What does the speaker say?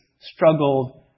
struggled